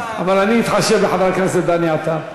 אבל אני אתחשב בחבר הכנסת דני עטר.